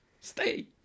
Stay